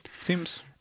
Seems